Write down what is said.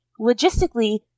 logistically